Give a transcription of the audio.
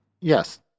Yes